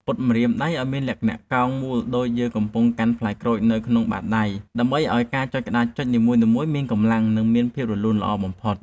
ពត់ម្រាមដៃឱ្យមានលក្ខណៈកោងមូលដូចជាយើងកំពុងកាន់ផ្លែក្រូចនៅក្នុងបាតដៃដើម្បីឱ្យការចុចគ្រាប់ចុចនីមួយៗមានកម្លាំង និងមានភាពរលូនល្អបំផុត។